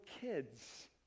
kids